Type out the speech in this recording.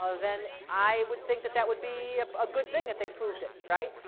ah then i would think that that would be a good thing if they proved it, right?